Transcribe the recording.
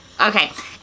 Okay